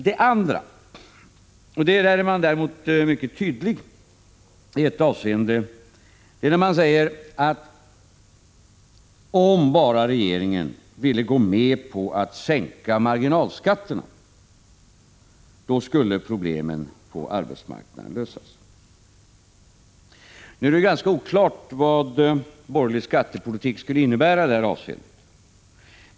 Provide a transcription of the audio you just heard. Däremot är man mycket tydlig i ett annat avseende, nämligen när man säger att problemen på arbetsmarknaden skulle lösas om bara regeringen ville gå med på att sänka marginalskatterna. Nu är det ganska oklart vad borgerlig skattepolitik skulle innebära i detta avseende.